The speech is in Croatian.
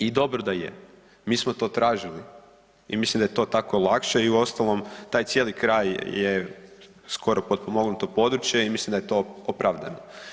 I dobro da je, mi smo to tražili i mislim da je to tako lakše i uostalom, taj cijeli kraj je skoro potpomognuto područje i mislim da je to opravdano.